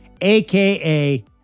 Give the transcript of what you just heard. AKA